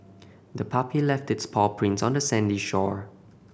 the puppy left its paw prints on the sandy shore